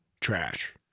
Trash